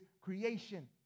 creation